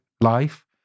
life